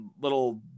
little